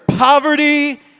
Poverty